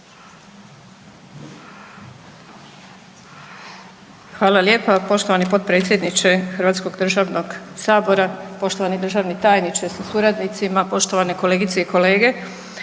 Hvala lijepa poštovani potpredsjedniče Hrvatskog državnog sabora, poštovani državni tajniče sa suradnicima, poštovane kolegice i kolege,